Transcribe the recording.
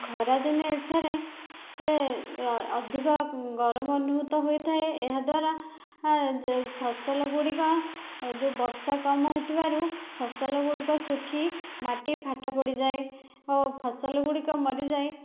ଖରା ଦିନେ ଏଠାରେ ଅଧିକ ଗରମ ଅନୁଭୂତ ହୋଇଥାଏ ଏହାଦ୍ୱାରା ଫସଲ ଗୁଡ଼ିକ ଯେଉଁ ବର୍ଷା କମ୍ ହୋଇଥିବାରୁ ଫସଲ ଗୁଡ଼ିକ ଶୁଖି ମାଟି ଫାଟ ପଡ଼ିଯାଏ ଓ ଫସଲ ଗୁଡ଼ିକ ମରିଯାଏ